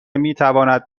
میتواند